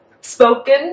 spoken